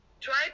try